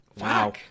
wow